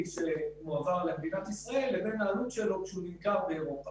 שהועבר למדינת ישראל לבין העלות שלו כשהוא נמכר באירופה.